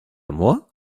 moi